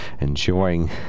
enjoying